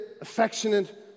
affectionate